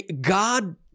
God